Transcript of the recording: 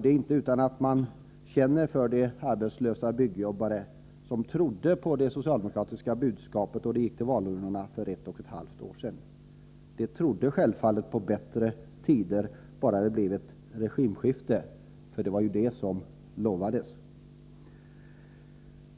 Det är inte utan att man känner för de arbetslösa byggjobbare som trodde på det socialdemokratiska budskapet då de gick till valurnorna för ett och ett halvt år sedan. De trodde självfallet på bättre tider — vilket de blivit lovade — bara det blev ett regimskifte.